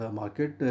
market